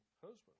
husband